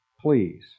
Please